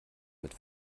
mit